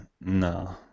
No